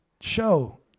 show